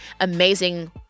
amazing